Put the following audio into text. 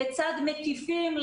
לצד מקיפים,